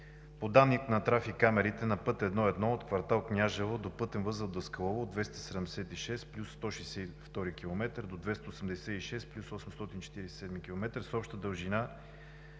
По данни на трафик камерите на път I-1 от квартал Княжево до пътен възел Даскалово от 276+162 км до 286+847 км с обща дължина